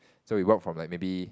so we walk from like maybe